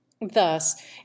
Thus